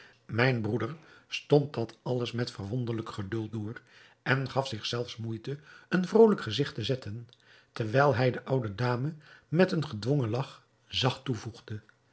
mijn broeder stond dat alles met verwonderlijk geduld door en gaf zich zelfs moeite een vrolijk gezigt te zetten terwijl hij de oude dame met een gedwongen lach zacht toevoegde